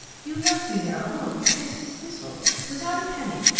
you left me there alone to face dismissal, without a penny,